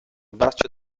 braccio